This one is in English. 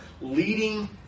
leading